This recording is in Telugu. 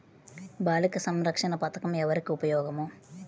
బాలిక సంరక్షణ పథకం ఎవరికి ఉపయోగము?